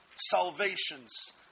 salvations